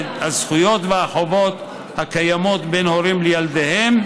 הזכויות והחובות הקיימות בין הורים לילדיהם,